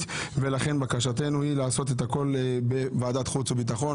ולכן בקשתנו היא לעשות את הכול בוועדת החוץ והביטחון,